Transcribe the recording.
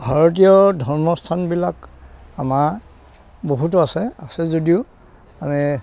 ভাৰতীয় ধৰ্মস্থানবিলাক আমাৰ বহুতো আছে আছে যদিও মানে